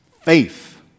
Faith